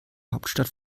hauptstadt